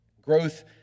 Growth